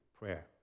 prayer